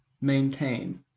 maintain